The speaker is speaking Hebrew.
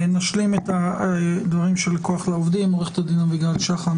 תשלים את הדברים של "כוח לעובדים" אביגיל שחם.